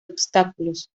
obstáculos